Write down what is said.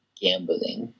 gambling